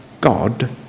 God